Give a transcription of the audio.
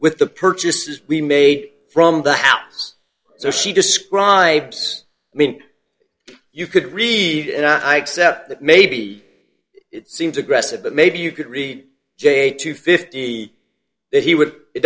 with the purchases we made from the house so she describes i mean you could read and i accept that maybe it seems aggressive but maybe you could read j a to fifty that he would